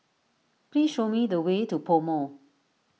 please show me the way to PoMo